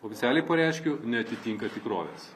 oficialiai pareiškiu neatitinka tikrovės